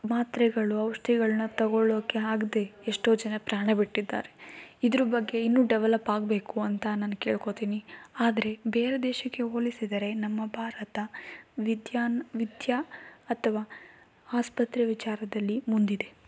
ಮಾತ್ರೆಗಳು ಔಷಧಿಗಳ್ನ ತಗೊಳ್ಳೋಕ್ಕೆ ಆಗದೆ ಎಷ್ಟೋ ಜನ ಪ್ರಾಣ ಬಿಟ್ಟಿದ್ದಾರೆ ಇದ್ರ ಬಗ್ಗೆ ಇನ್ನೂ ಡೆವಲಪ್ ಆಗಬೇಕು ಅಂತ ನಾನು ಕೇಳ್ಕೊತೀನಿ ಆದರೆ ಬೇರೆ ದೇಶಕ್ಕೆ ಹೋಲಿಸಿದರೆ ನಮ್ಮ ಭಾರತ ವಿದ್ಯಾನ ವಿದ್ಯೆ ಅಥವಾ ಆಸ್ಪತ್ರೆ ವಿಚಾರದಲ್ಲಿ ಮುಂದಿದೆ